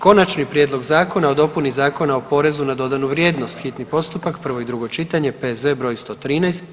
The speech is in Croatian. Konačni prijedlog zakona o dopuni Zakona o porezu na dodanu vrijednost, hitni postupak, prvo i drugo čitanje, P.Z. br. 113.